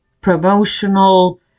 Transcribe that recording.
promotional